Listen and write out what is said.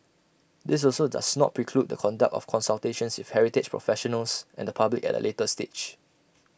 this also does not preclude the conduct of consultations with heritage professionals and the public at A later stage